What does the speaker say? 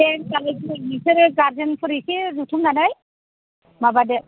होमबालाय गुमै नोंसोरो गारजेनफोर इसे जथुमनानै माबादो